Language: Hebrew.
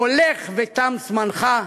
הולך ותם זמנך,